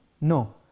No